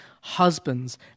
husbands